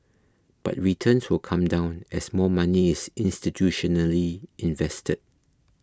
but returns will come down as more money is institutionally invested